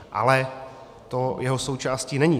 Ale to jeho součástí není.